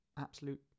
absolute